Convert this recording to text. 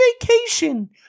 vacation